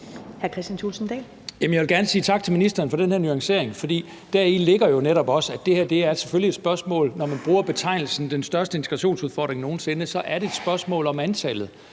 Jeg vil gerne sige tak til ministeren for den her nuancering, for deri ligger jo netop også, at det, når man bruger betegnelsen den største integrationsudfordring nogen sinde, selvfølgelig er et spørgsmål om antallet,